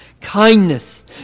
kindness